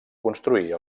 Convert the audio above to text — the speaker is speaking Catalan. construir